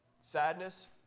sadness